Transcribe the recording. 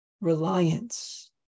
reliance